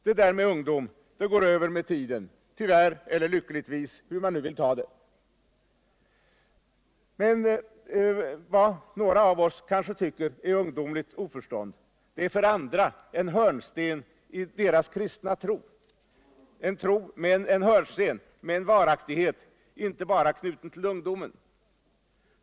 Det där med ungdom går över med tiden — tyvärr eller lyckligtvis, hur man nu vill ta det. Men vad några av oss kanske tycker är ungdomligt oförstånd. är för andra en hörnsten i deras kristna tro, med en varaktighet inte bara knuten till ungdomen.